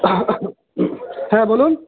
হ্যাঁ বলুন